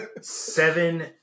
Seven